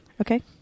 Okay